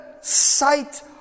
sight